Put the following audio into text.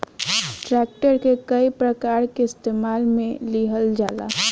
tractor के कई प्रकार के इस्तेमाल मे लिहल जाला